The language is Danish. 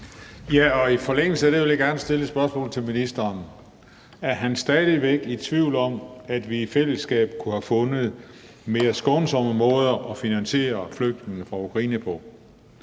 Ja, og i forlængelse af det vil jeg gerne stille et spørgsmål til ministeren: Er han stadig væk i tvivl om, at vi i fællesskab kunne have fundet mere skånsomme måder at finansiere flygtninge fra Ukraine